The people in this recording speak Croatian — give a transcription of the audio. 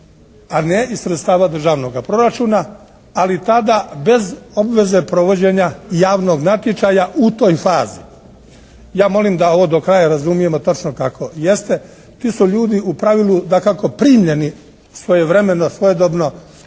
a ne iz sredstava državnoga proračuna, ali tada bez obveze provođenja javnog natječaja u toj fazi. Ja molim da ovo do kraja razumijemo točno kako jeste. Ti su ljudi u pravilu dakako primljeni svojevremeno, svojedobno